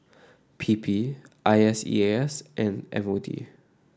P P I S E A S and M O D